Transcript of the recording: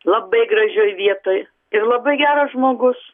labai gražioj vietoj ir labai geras žmogus